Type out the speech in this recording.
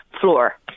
floor